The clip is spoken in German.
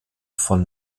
von